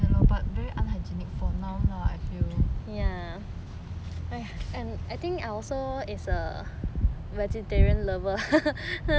very unhygienic for now lah I feel